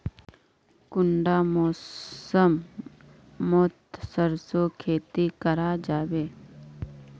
कुंडा मौसम मोत सरसों खेती करा जाबे?